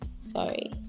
Sorry